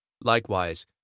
Likewise